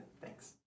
thanks